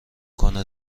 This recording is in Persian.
کنه